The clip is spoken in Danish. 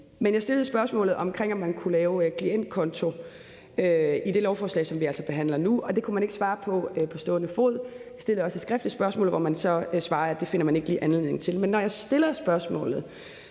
men jeg stillede spørgsmålet, om man kunne lave krav om klientkonto i forhold til det lovforslag, vi behandler nu. Det kunne man ikke svare på på stående fod. Jeg stillede også skriftligt spørgsmål, hvor man så svarer, at det finder man ikke lige anledning til. Men når jeg stiller spørgsmålet